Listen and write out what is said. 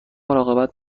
مراقبت